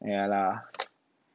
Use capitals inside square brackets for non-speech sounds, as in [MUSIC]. ya lah [NOISE]